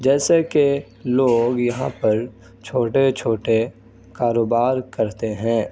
جیسے کہ لوگ یہاں پر چھوٹے چھوٹے کاروبار کرتے ہیں